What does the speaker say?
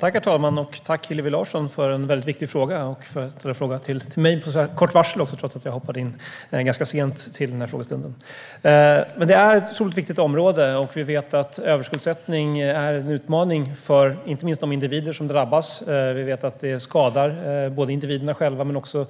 Herr talman! Tack, Hillevi Larsson, för en väldigt viktig fråga och för att du ställer frågan till mig med kort varsel! Jag hoppade ju in ganska sent till den här frågestunden. Det är ett otroligt viktigt område, och vi vet att överskuldsättning är en utmaning för de individer som drabbas. Vi vet att det skadar individerna själva, deras